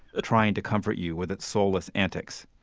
trying to comfort you with its soulless antics.